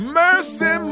mercy